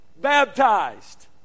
baptized